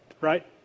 right